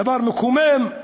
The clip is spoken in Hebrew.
דבר מקומם,